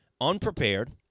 unprepared